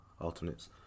alternates